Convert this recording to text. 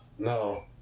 No